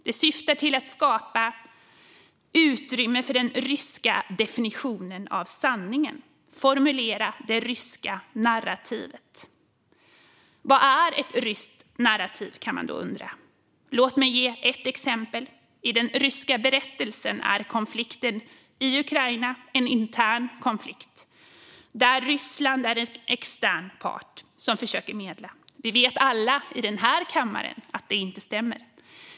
Det syftar till att skapa utrymme för den ryska definitionen av sanningen, att formulera det ryska narrativet. Vad är ett ryskt narrativ, kan man då undra. Låt mig ge ett exempel. I den ryska berättelsen är konflikten i Ukraina en intern konflikt där Ryssland är en extern part som försöker medla. Vi vet alla i den här kammaren att det inte stämmer.